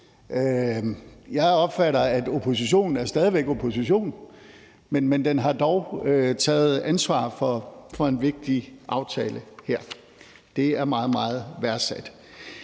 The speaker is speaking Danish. det sådan, at oppositionen stadig er opposition, men den har dog taget ansvar for en vigtig aftale her. Det er meget, meget værdsat.